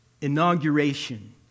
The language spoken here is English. inauguration